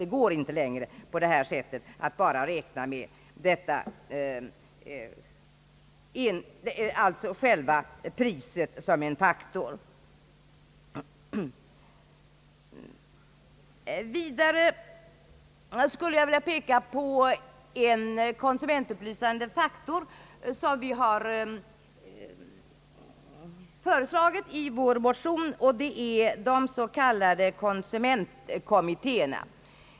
Det går inte längre att bara räkna med själva priset. Vidare skulle jag vilja peka på en konsumentupplysande faktor som vi har föreslagit i vår motion, de s.k. konsumentkommittéerna.